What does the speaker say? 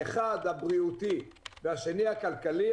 האחד הבריאותי והשני הכלכלי,